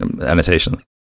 annotations